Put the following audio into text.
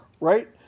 right